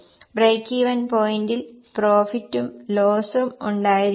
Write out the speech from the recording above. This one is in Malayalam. ബ്രേക്ക് ഈവൻ പോയിന്റിൽ പ്രൊഫിറ്റും ലോസും ഉണ്ടായിരിക്കുകയില്ല